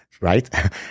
right